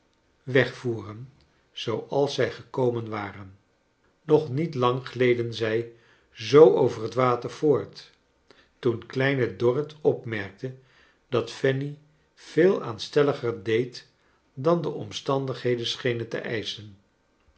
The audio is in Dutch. wegvoeren zooals zrj gekomen waren nog niet lang gleden zij zoo over het water voort toen kleine dorrit opmerkte dat fanny veel aanstelliger deed dan de omstandigheden schenen te eischen